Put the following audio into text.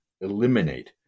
eliminate